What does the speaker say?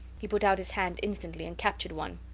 he put out his hand instantly, and captured one.